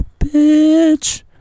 bitch